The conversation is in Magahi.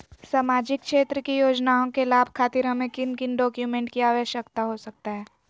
सामाजिक क्षेत्र की योजनाओं के लाभ खातिर हमें किन किन डॉक्यूमेंट की आवश्यकता हो सकता है?